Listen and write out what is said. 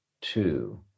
Two